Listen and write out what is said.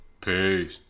Peace